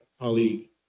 colleague